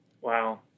Wow